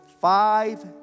five